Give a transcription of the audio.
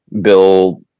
Bill